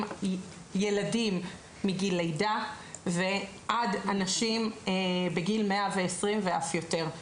ילדים מגיל לידה ועד אנשים בגיל 120 ואף יותר.